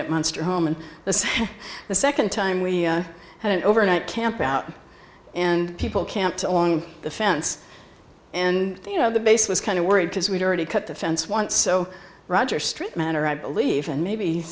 to monster home and the the second time we had an overnight camp out and people camped along the fence and you know the base was kind of worried because we'd already cut the fence once so roger street manner i believe and maybe